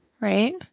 Right